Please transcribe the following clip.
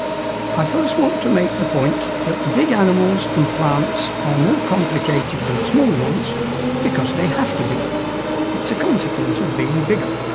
i first want to make the point that big animals and plants are more complicated than small ones because they have to be it's a consequence of being bigger.